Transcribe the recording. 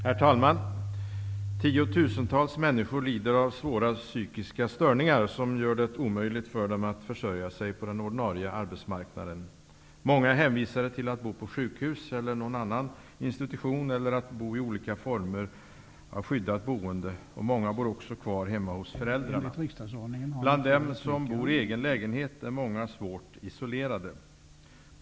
Herr talman! Tiotusentals människor lider av svåra psykiska störningar, som gör det omöjligt för dem att försörja sig på den ordinarie arbets marknaden. Många är hänvisade till att bo på sjukhus eller någon annan institution eller till att bo i olika former av skyddat boende, och många bor också kvar hemma hos föräldrarna. Bland dem som bor i egen lägenhet är många svårt isole rade.